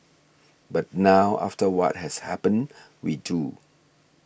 but now after what has happened we do